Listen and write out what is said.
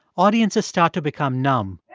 audiences start to become numb.